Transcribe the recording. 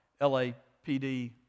LAPD